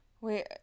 Wait